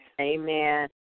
Amen